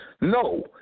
No